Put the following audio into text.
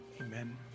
Amen